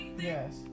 Yes